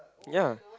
ya